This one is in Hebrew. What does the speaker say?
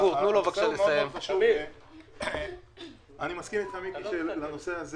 אני מסכים אתך שלנושא הזה